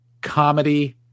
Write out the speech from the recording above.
comedy